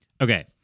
Okay